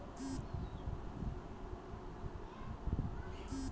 तंत्रीक प्राकृतिक फाइबर स बनाल जा छेक